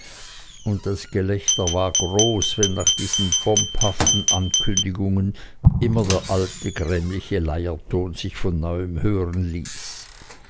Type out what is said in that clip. und das gelächter war groß wenn nach diesen pomphaften ankündigungen immer der alte grämliche leierton sich von neuem hören ließ